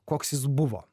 koks jis buvo